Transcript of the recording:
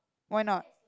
why not